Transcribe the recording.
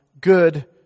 good